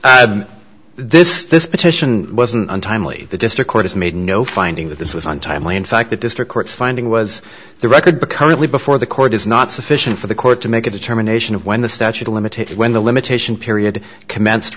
time this this petition wasn't untimely the district court has made no finding that this was untimely in fact the district court finding was the record becomingly before the court is not sufficient for the court to make a determination of when the statute of limitations when the limitation period commenced